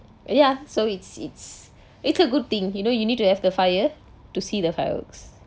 ya so it's it's it's a good thing you know you need to have the fire to see the fireworks